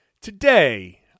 Today